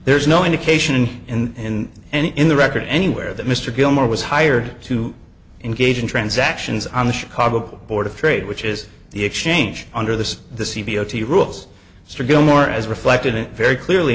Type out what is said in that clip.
there is no indication in any in the record anywhere that mr gilmore was hired to engage in transactions on the chicago board of trade which is the exchange under this the c b o t rules struggle more as reflected in very clearly